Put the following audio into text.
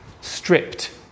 stripped